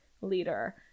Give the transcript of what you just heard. leader